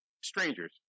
strangers